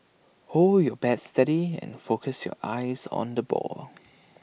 hold your bat steady and focus your eyes on the ball